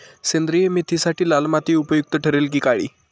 सेंद्रिय मेथीसाठी लाल माती उपयुक्त ठरेल कि काळी?